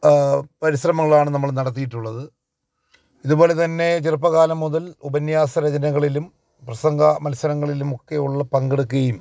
പരിശ്രമങ്ങളാണ് നമ്മള് നടത്തിയിട്ടുള്ളത് ഇതുപോലെത്തന്നെ ചെറുപ്പകാലം മുതല് ഉപന്യാസ രചനകളിലും പ്രസംഗ മത്സരങ്ങളിലുമൊക്കെയുള്ള പങ്കെടുക്കുകയും